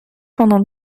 pendant